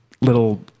little